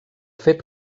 fet